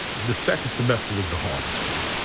the second semester was the hardest for